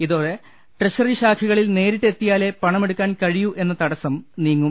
ഇതോടെ ട്രഷറി ശാഖകളിൽ നേരിട്ട് എത്തിയാലേ പണമെടുക്കാൻ കഴിയൂ എന്ന തടസ്സം നീങ്ങും